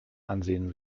ansehen